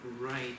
right